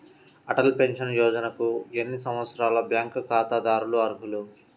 Atal pension యోజనకు ఎన్ని సంవత్సరాల బ్యాంక్ ఖాతాదారులు అర్హులు?